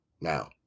now